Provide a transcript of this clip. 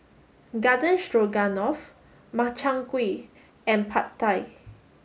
Garden Stroganoff Makchang Gui and Pad Thai